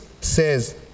says